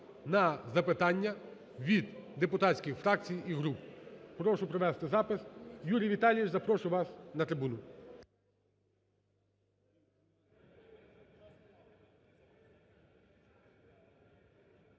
на запитання від депутатських фракцій і груп. Прошу провести запис. Юрій Віталійович, запрошую вас на трибуну.